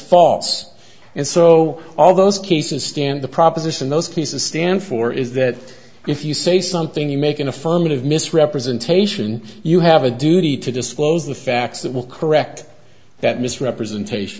false and so all those cases stand the proposition those cases stand for is that if you say something you make an affirmative misrepresentation you have a duty to disclose the facts that will correct that misrepresentation